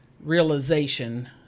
realization